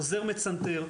עוזר מצנתר,